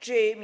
Czy